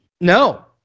No